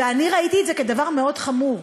ואני ראיתי את זה כדבר מאוד חמור.